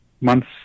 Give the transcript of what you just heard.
months